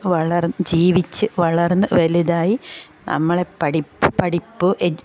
വളർ ജീവിച്ച് വളർന്ന് വലുതായി നമ്മളെ പഠിപ്പ് പഠിപ്പു എഡ്യു